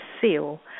Seal